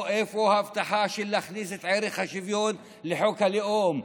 או איפה הבטחה של להכניס את ערך השוויון לחוק הלאום?